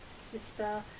sister